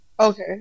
Okay